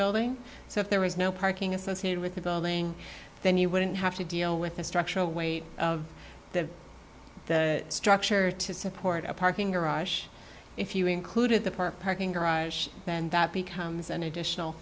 building so if there was no parking associated with the building then you wouldn't have to deal with the structural weight of the structure to support a parking garage if you included the park parking garage then that becomes an additional